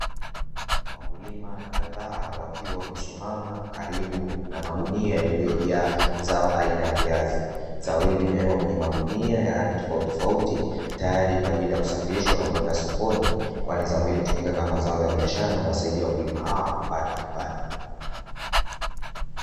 Wakulima kadhaa wakiwa wamesimama karibu na magunia yaliyojaa zao la viazi. Zao hili limewekwa kwenye maguni ya rangi tofauti tofauti kwa ajili ya kusafirishwa na kwenda sokoni, kwani zao hili hutumika kama zao la biashara na husaidia wakulima hawa kujipatia kipato.